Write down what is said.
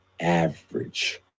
average